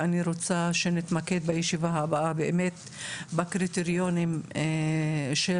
ואני רוצה שנתמקד בישיבה הבאה באמת בקריטריונים של